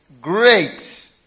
great